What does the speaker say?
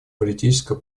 политическая